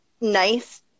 nice